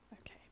Okay